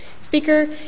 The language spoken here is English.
speaker